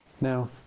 Now